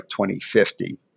2050